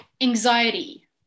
anxiety